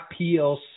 PLC